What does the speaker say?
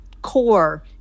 core